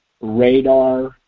radar